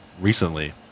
recently